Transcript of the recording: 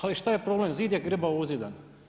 Ali šta je problem, zid je grbavo uzidan.